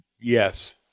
Yes